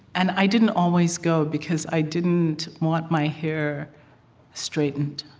and i didn't always go, because i didn't want my hair straightened.